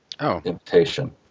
invitation